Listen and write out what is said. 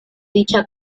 dicha